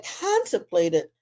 contemplated